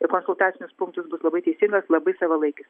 į konsultacinius punktus bus labai teisingas labai savalaikis